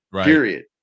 period